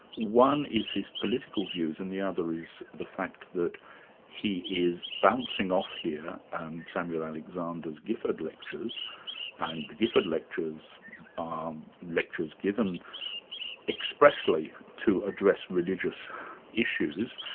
one is his political views and the other is the fact that he is bouncing off here um samuel alexander's gifford lectures and the gifford lectures are um lectures given expressly to address religious issues,